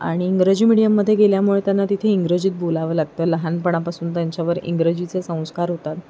आणि इंग्रजी मिडीयममध्ये गेल्यामुळे त्यांना तिथे इंग्रजीत बोलावं लागतं लहानपणापासून त्यांच्यावर इंग्रजीचे संस्कार होतात